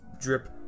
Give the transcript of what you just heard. drip